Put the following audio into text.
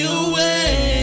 away